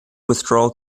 withdrawal